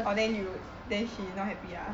orh then you then she not happy ah